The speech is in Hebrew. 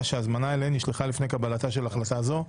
שההזמנה אליהן נשלחה לפני קבלתה של החלטה זו.